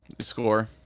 Score